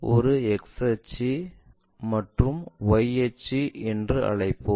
இதை ஒரு X அச்சு மற்றும் Y அச்சு என்று அழைப்போம்